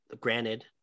Granted